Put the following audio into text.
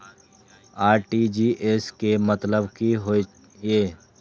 RTGS के मतलब की होय ये?